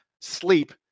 sleep